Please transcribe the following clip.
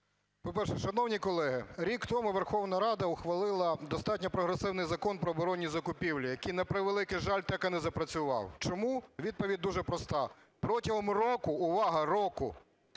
По-перше, шановні колеги, рік тому Верховна Рада ухвалила достатньо прогресивний Закон "Про оборонні закупівлі", який, на превеликий жаль, так і не запрацював. Чому - відповідь дуже проста. Протягом року – увага – року!